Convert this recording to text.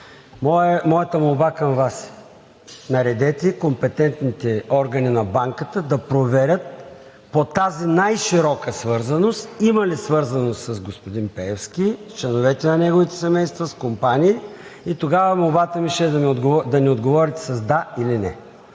Моята молба към Вас е: наредете компетентните органи на Банката да проверят по тази най-широка свързаност има ли свързаност с господин Пеевски, с членовете на неговите семейства, с компаниите и тогава молбата ми ще е да ни отговорите с „да“ или „не“.